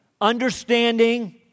understanding